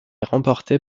remportée